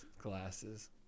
glasses